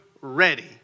ready